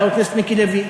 חבר הכנסת מיקי לוי,